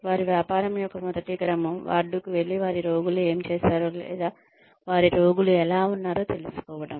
వారి వ్యాపారం యొక్క మొదటి క్రమం వార్డుకు వెళ్లి వారి రోగులు ఎమి చేసారో లేదా వారి రోగులు ఎలా ఉన్నారో తెలుసుకోవడం